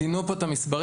ציינו את המספרים,